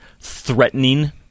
threatening